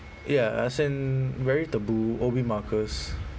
ya as in very taboo O_B markers